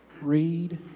read